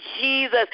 Jesus